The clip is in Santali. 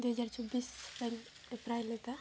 ᱫᱩ ᱦᱟᱡᱟᱨ ᱪᱚᱵᱵᱤᱥ ᱨᱮᱧ ᱮᱯᱞᱟᱭ ᱞᱮᱫᱟ